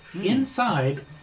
Inside